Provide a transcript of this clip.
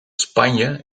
spanje